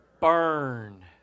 burn